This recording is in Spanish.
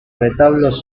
retablos